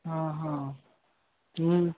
ఆహా